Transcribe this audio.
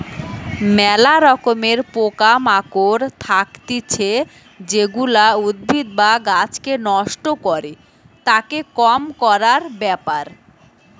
ম্যালা রকমের পোকা মাকড় থাকতিছে যেগুলা উদ্ভিদ বা গাছকে নষ্ট করে, তাকে কম করার ব্যাপার